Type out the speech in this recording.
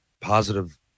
positive